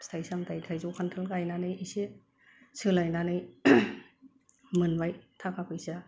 फिथाय सामथाय थाइजौ खान्थाल गायनानै एसे सोलायनानै मोनबाय थाखा फैसा